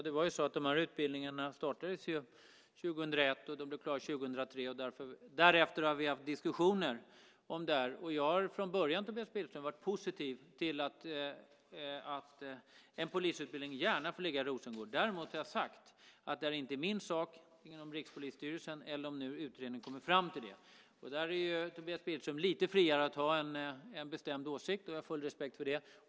Herr talman! Utbildningarna startades år 2001, och de blev klara år 2003. Därefter har vi haft diskussioner om dem. Jag har från början, Tobias Billström, varit positiv till detta, och en polisutbildning får gärna ligga i Rosengård. Däremot har jag sagt att det inte är min sak - om det nu är Rikspolisstyrelsens sak, eller om utredningen kommer fram till det. Där är Tobias Billström lite friare att ha en bestämd åsikt. Jag har full respekt för det.